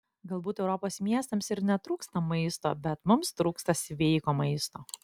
galbūt europos miestams ir netrūksta maisto bet mums trūksta sveiko maisto